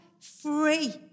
free